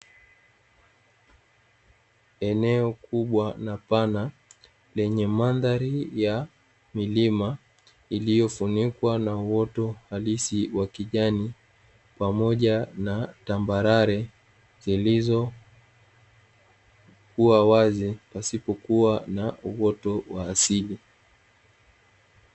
Eneo kubwa na pana, lenye mandhari ya milima iliyofunikwa na uoto wa asili wa kijani pamoja na tambarare, zilizokuwa wazi pasipokuwa na uoto wa asili.